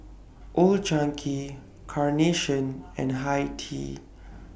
Old Chang Kee Carnation and Hi Tea